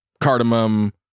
cardamom